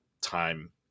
time